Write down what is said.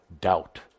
doubt